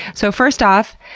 so first off,